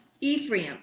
Ephraim